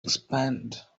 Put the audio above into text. expand